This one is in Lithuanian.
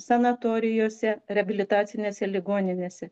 sanatorijose reabilitacinėse ligoninėse